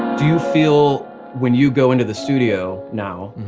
do you feel when you go into the studio now,